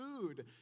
food